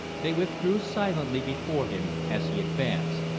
they withdrew silently before him as he advanced.